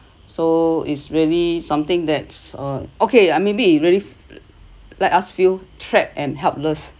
so is really something that uh okay uh maybe it really let us feel trapped and helpless